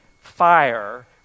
fire